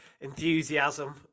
enthusiasm